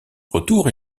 retour